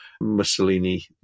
Mussolini